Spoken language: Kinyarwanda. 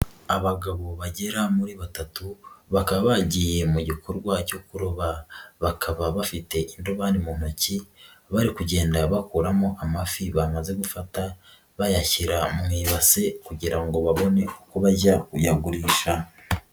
Abagabo bagera kuri batatu bakaba bagiye mu gikorwa cyo kuroba, bakaba bafite indobani mu ntoki bari kugenda bakuramo amafi bamaze gufata bayashyira mu ibase kugira ngo babone uko bajya kuyagurisha.